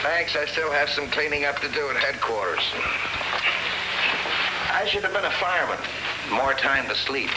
thanks i still have some cleaning up to do in course i should have been a fire but more time to sleep